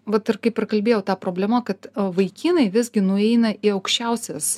vat ir kaip ir kalbėjau ta problema kad vaikinai visgi nueina į aukščiausias